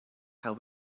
how